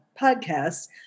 podcasts